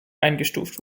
eingestuft